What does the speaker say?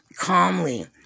calmly